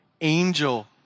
angel